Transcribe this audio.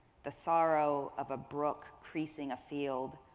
the sorrow of a brook creasing a field,